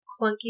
clunky